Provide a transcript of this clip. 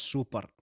Super